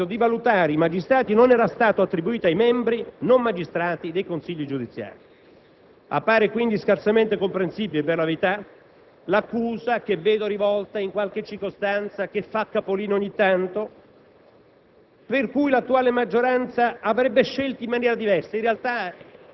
che nel progetto licenziato dalla precedente maggioranza il compito di valutare i magistrati non era stato attribuito ai membri non magistrati dei consigli giudiziari. Appare quindi scarsamente comprensibile, per la verità, l'accusa che vedo rivolta in qualche circostanza, che fa capolino ogni tanto,